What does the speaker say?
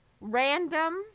random